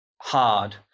hard